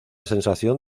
sensación